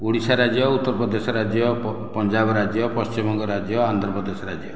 ଓଡ଼ିଶା ରାଜ୍ୟ ଉତ୍ତରପ୍ରଦେଶ ରାଜ୍ୟ ପଞ୍ଜାବ ରାଜ୍ୟ ପଶ୍ଚିମବଙ୍ଗ ରାଜ୍ୟ ଆନ୍ଧ୍ରପ୍ରଦେଶ ରାଜ୍ୟ